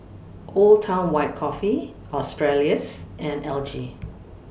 Old Town White Coffee Australis and L G